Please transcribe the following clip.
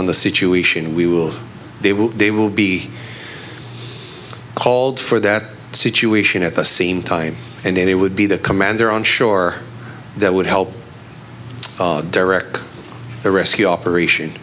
on the situation we will they will they will be called for that situation at the same time and it would be the command there on shore that would help direct the rescue operation